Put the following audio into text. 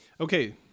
Okay